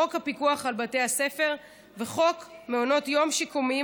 חוק הפיקוח על בתי ספר וחוק מעונות יום שיקומיים